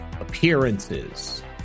appearances